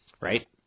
right